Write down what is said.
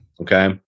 Okay